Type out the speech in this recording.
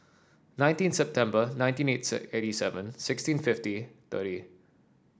nineteen September nineteen eighty seven sixteen fifty thirty